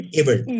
able